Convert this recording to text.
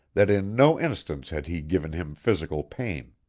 that in no instance had he given him physical pain.